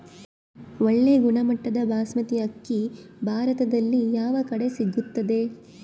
ಒಳ್ಳೆ ಗುಣಮಟ್ಟದ ಬಾಸ್ಮತಿ ಅಕ್ಕಿ ಭಾರತದಲ್ಲಿ ಯಾವ ಕಡೆ ಸಿಗುತ್ತದೆ?